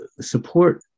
support